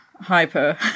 hyper